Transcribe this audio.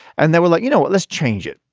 and they were like, you know what? let's change it.